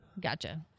gotcha